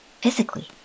physically